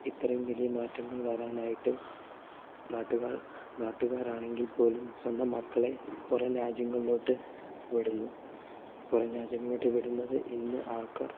ഇത്രയും വലിയ മാറ്റങ്ങൾ വരാനായിട്ട് നാട്ടുകാൾ നാട്ടുകാർ ആണെങ്കിൽ പോലും സ്വന്തം മക്കളെ പുറം രാജ്യങ്ങളിലോട്ട് വിടുന്നു പുറം രാജ്യങ്ങളിലോട്ട് വിടുന്നത് ഇന്ന് ആൾക്കാർ